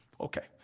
Okay